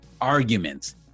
arguments